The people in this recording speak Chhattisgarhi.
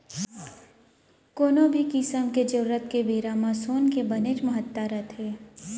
कोनो भी किसम के जरूरत के बेरा म सोन के बनेच महत्ता रथे